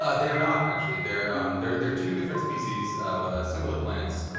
ah they're not, actually. they're um they're they're two different species of similar plants.